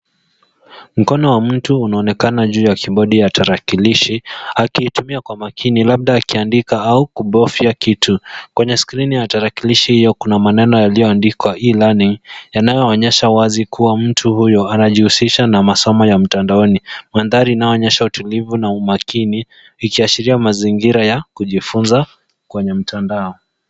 Mkono wa mtu unaonekana juu ya kibodi ya tarakilishi akiitumia kwa makini labda akiandika au kubofya kitu. Kwenye skrini ya tarakilishi hiyo kuna maneno yaliyoandikwa e learning yanayoonyesha wazi kuwa mtu huyo anajihusisha na masomo ya mtandaoni. Mandhari inaonyesha utulivu na umakini ikiashiria mazingira ya kujifunza kwenye mtandao.